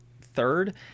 third